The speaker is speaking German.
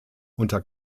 unter